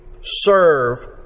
serve